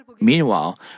Meanwhile